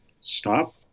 stop